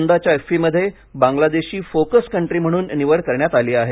यंदाच्या इफ्फीमध्ये बांगलादेशची फोकस कंट्री म्हणून निवड करण्यात आली आहे